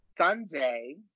Sunday